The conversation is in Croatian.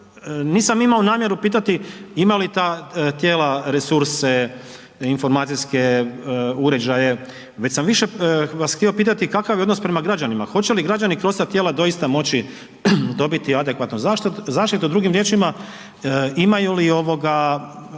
nisam imao namjeru pitati ima li ta tijela resurse, informacijske uređaje već sam više vas htio pitati kakav je odnos prema građanima, hoće li građani kroz ta tijela doista moći dobiti adekvatnu zaštitu, drugim riječima, imaju li ovoga